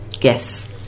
Yes